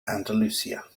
andalusia